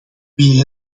wie